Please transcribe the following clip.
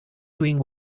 doing